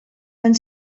van